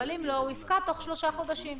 אבל אם לא הוא יפקע תוך שלושה חודשים.